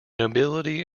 nobility